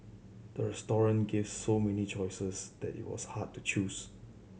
the restaurant gave so many choices that it was hard to choose